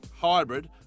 hybrid